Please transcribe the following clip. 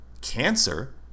cancer